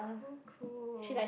cool cool